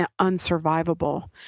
unsurvivable